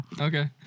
Okay